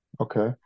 Okay